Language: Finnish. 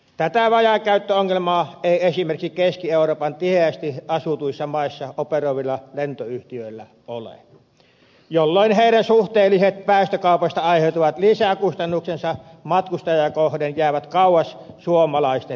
tätä vajaakäyttöongelmaa ei esimerkiksi keski euroopan tiheästi asutuissa maissa operoivilla lentoyhtiöillä ole jolloin heidän suhteelliset päästökaupasta aiheutuvat lisäkustannuksensa matkustajaa kohden jäävät kauas suomalaisten lisäkustannuksista